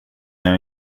jag